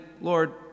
Lord